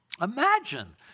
Imagine